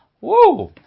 Woo